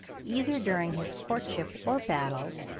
either during his courtship or battles,